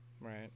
right